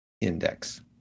index